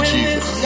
Jesus